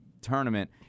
tournament